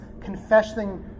confessing